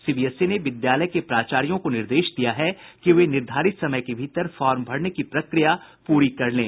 CBSE ने विद्यालयों के प्रचार्यों को निर्देश दिया है कि वे निर्धारित समय के भीतर फॉर्म भरने की प्रक्रिया पूरी कर लें